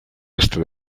este